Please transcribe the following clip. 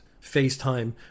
FaceTime